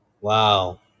Wow